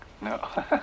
No